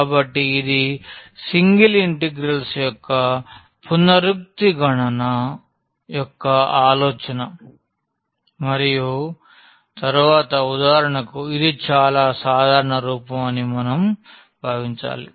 కాబట్టి ఇది single integrals యొక్క పునరుక్తి గణన యొక్క ఆలోచన మరియు తరువాత ఉదాహరణకు ఇది చాలా సాధారణ రూపం అని మనం భావించాలి